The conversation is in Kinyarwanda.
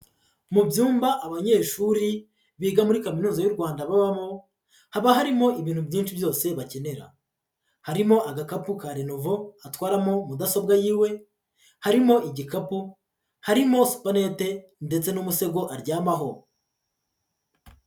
Mu byumba abanyeshuri biga muri Kaminuza y'u Rwanda babamo, haba harimo ibintu byinshi byose bakenera, harimo agakapu ka Lenovo atwaramo mudasobwa y'iwe, harimo igikapu, harimo supanete ndetse n'umusego aryamaho.